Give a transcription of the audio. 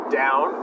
down